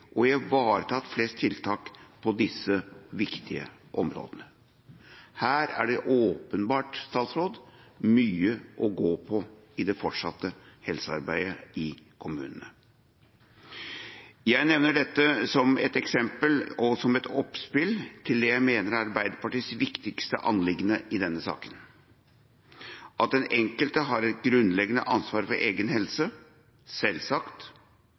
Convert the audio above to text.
å ha iverksatt flest tiltak på disse viktige områdene. Her er det åpenbart, statsråd, mye å gå på i det fortsatte helsearbeidet i kommunene. Jeg nevner dette som et eksempel og som et oppspill til det jeg mener er Arbeiderpartiets viktigste anliggende i denne saken: Den enkelte har et grunnleggende ansvar for egen helse – selvsagt